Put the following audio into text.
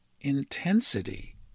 intensity